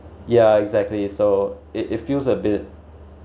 yeah exactly so it it feels a bit